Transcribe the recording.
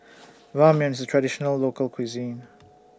Ramyeon IS A Traditional Local Cuisine